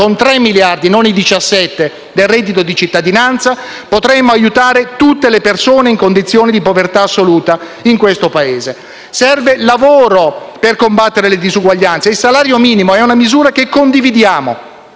con 3 miliardi (e non i 17 del reddito di cittadinanza) potremmo aiutare tutte le persone in condizioni di povertà assoluta in questo Paese. Serve lavoro per combattere le disuguaglianze. Il salario minimo è una misura che condividiamo.